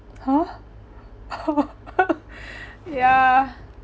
!huh! ya